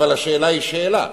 אבל השאלה היא שאלה,